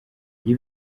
iyo